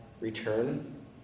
return